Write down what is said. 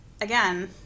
again